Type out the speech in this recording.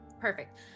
Perfect